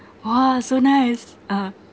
!wah! so nice ah